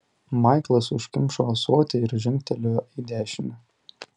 maiklas užkimšo ąsotį ir žingtelėjo į dešinę